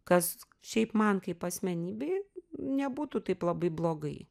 kas šiaip man kaip asmenybei nebūtų taip labai blogai